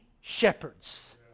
shepherds